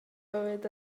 bywyd